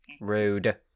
Rude